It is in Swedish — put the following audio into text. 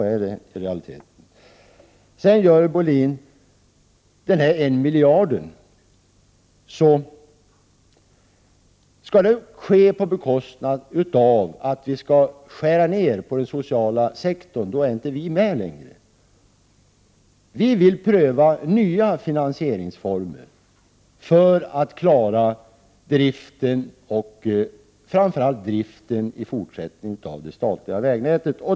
Sedan till Görel Bohlin: Skall denna miljardsatsning ske på bekostnad av att vi skall skära ner på den sociala sektorn, då är vi inte längre med. Vi vill pröva nya finansieringsformer för att i fortsättningen klara framför allt driften av det statliga vägnätet.